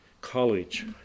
college